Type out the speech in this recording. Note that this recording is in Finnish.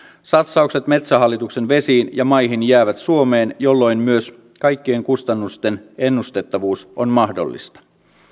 satsaukset metsähallituksen vesiin ja maihin jäävät suomeen jolloin myös kaikkien kustannusten ennustettavuus on mahdollista